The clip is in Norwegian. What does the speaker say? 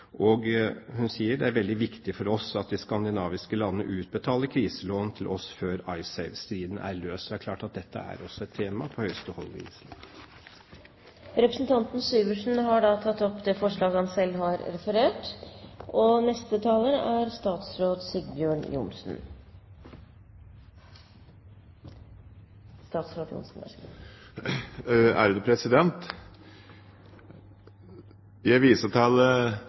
Og hun sa videre at det «ville vært veldig viktig» for Island at de skandinaviske landene utbetalte kriselån til Island før IceSave-striden var løst. Så dette er et tema også på høyeste hold på Island. Representanten Hans Olav Syversen har tatt opp det forslaget han refererte til. Jeg viser til